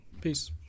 Peace